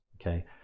Okay